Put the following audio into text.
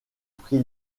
prix